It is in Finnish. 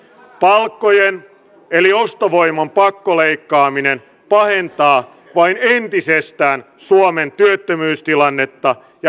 palkkojen eli ostovoiman pakkoleikkaaminen pahentaa vain entisestään suomen työttömyystilannetta ja hidastaa kasvua